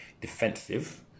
defensive